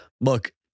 Look